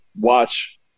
watch